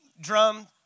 drum